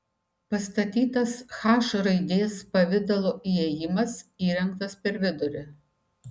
pastatytas h raidės pavidalo įėjimas įrengtas per vidurį